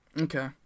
Okay